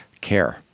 care